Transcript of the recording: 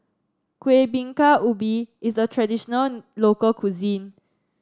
Kueh Bingka Ubi is a traditional local cuisine